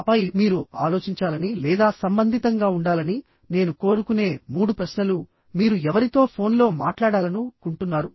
ఆపై మీరు ఆలోచించాలని లేదా సంబంధితంగా ఉండాలని నేను కోరుకునే మూడు ప్రశ్నలుమీరు ఎవరితో ఫోన్లో మాట్లాడాలను కుంటున్నారు